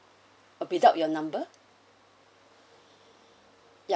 ah without your number ya